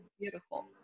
beautiful